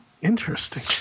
Interesting